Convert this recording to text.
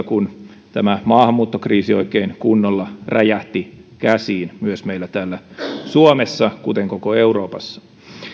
kun tämä maahanmuuttokriisi oikein kunnolla räjähti käsiin myös meillä täällä suomessa kuten koko euroopassa